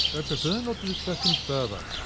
i prefer not to discuss him further.